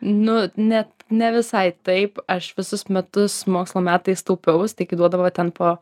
nu ne ne visai taip aš visus metus mokslo metais taupiausi tai kai duodavo ten po